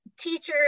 teachers